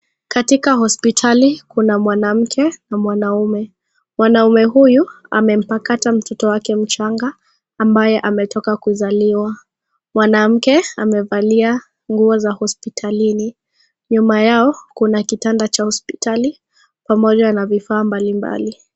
Katika hospitali kuna mwanamke na mwanaume , mwaume huyu amempakata mtoto wake mchanga ambaye ametoka kuzaliwa , mwanamke amevalia nguo za hospitalini nyuma yao kuna kitanda cha hospitali pamoja na vifaa mbalimbali .